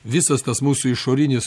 visas tas mūsų išorinis